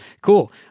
cool